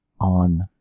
on